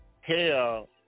hell